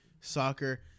soccer